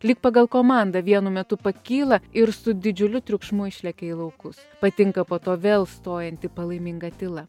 lyg pagal komandą vienu metu pakyla ir su didžiuliu triukšmu išlekia į laukus patinka po to vėl stojanti palaiminga tyla